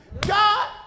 God